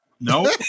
No